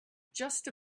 just